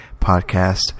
podcast